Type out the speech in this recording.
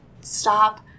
stop